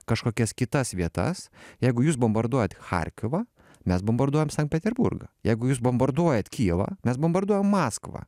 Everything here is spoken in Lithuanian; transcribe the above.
kažkokias kitas vietas jeigu jūs bombarduojat charkiuvą mes bombarduojam sankt peterburgą jeigu jūs bombarduojat kijevą mes bombarduojam maskvą